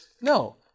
No